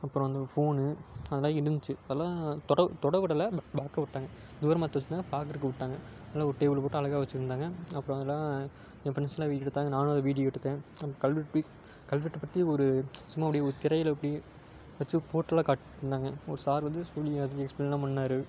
அப்புறம் அந்த ஃபோனு அதெல்லாம் இருந்துச்சு அதலாம் தொட தொட விடலை ப பார்க்க விட்டாங்க தூரமாக எடுத்து வெச்சுருந்தாங்க பார்க்கறதுக்கு விட்டாங்க நல்ல ஒரு டேபிளு போட்டு அழகா வெச்சுருந்தாங்க அப்புறம் அதலாம் என் ஃப்ரெண்ட்ஸெலாம் வீடியோ எடுத்தாங்க நானும் அதை வீடியோ எடுத்தேன் அந்த கல்வெட் பி கல்வெட்டை பற்றி ஒரு சும்மா அப்படியே ஒரு திரையில் அப்படியே வெச்சு ஃபோட்டோவில் காட்டியிருந்தாங்க ஒரு சார் வந்து சொல்லி அதைப் பற்றி எக்ஸ்பிளைனெலாம் பண்ணிணாரு